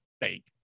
fake